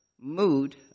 mood